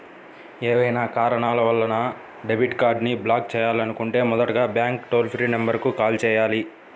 ఏవైనా కారణాల వలన డెబిట్ కార్డ్ని బ్లాక్ చేయాలనుకుంటే మొదటగా బ్యాంక్ టోల్ ఫ్రీ నెంబర్ కు కాల్ చేయాలి